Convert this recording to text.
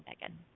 Megan